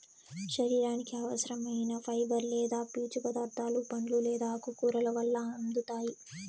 శరీరానికి అవసరం ఐన ఫైబర్ లేదా పీచు పదార్థాలు పండ్లు లేదా ఆకుకూరల వల్ల అందుతాయి